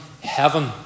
heaven